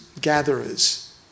gatherers